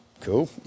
Cool